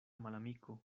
malamiko